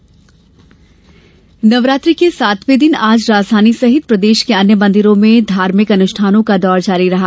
नवरात्रि नवरात्रि के सातवें दिन आज राजधानी सहित प्रदेश के अन्य मंदिरो में धार्मिक अनुष्ठानों का दौर जारी रहा